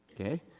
Okay